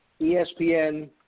ESPN